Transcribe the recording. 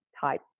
type